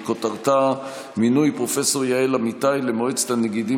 שכותרתה: מינוי פרופ' יעל אמיתי למועצת הנגידים